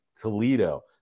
Toledo